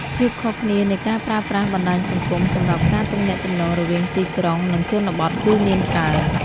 ភាពខុសគ្នានៃការប្រើប្រាស់បណ្ដាញសង្គមសម្រាប់ការទំនាក់ទំនងរវាងទីក្រុង និងជនបទគឺមានច្រើន។